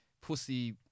pussy